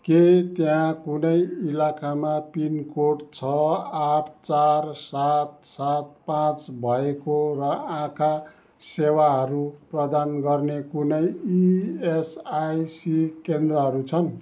के त्यहाँ कुनै इलाकामा पिनकोड छ आठ चार सात सात पाँच भएको र आँखा सेवाहरू प्रदान गर्ने कुनै इएसआइसी केन्द्रहरू छन्